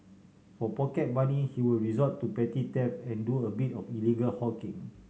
for pocket money he would resort to petty theft and do a bit of illegal hawking